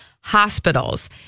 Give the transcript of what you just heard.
hospitals